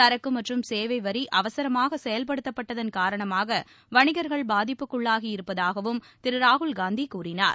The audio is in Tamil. சரக்கு மற்றும் சேவை வரி அவசரமாக செயல்படுத்தப்பட்டதன் காரணமாக வணிகர்கள் பாதிப்புக்குள்ளாகி இருப்பதாகவும் திரு ராகுல்காந்தி கூறினார்